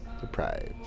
deprived